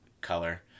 color